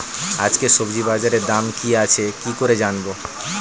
আজকে সবজি বাজারে দাম কি আছে কি করে জানবো?